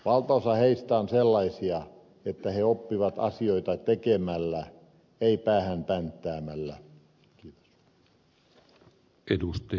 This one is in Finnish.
valtaosa heistä on sellaisia että he oppivat tekemällä asioita ei päähän pänttäämällä